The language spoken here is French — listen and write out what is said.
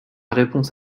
réponse